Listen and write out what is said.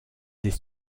des